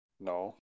no